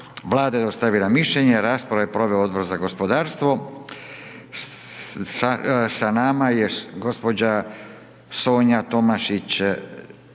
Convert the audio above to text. Vlada je dostavila mišljenje, raspravu je proveo Odbor za gospodarstvo. S nama je gospođa Sonja Tomašić